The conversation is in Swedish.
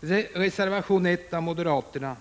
Först beträffande reservation 1 av moderaterna.